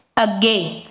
ਅੱਗੇ